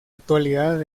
actualidad